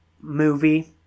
movie